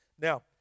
Now